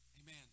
amen